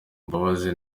mbabazi